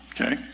okay